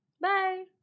Bye